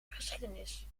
geschiedenis